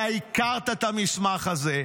אתה הכרת את המסמך הזה.